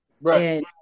Right